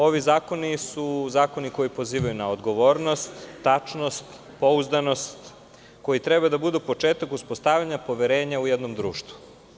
Ovi zakoni su zakoni koji pozivaju na odgovornost, tačnost, pouzdanost, koji treba da budu početak uspostavljanja poverenja u jednom društvu.